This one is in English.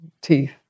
teeth